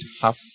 half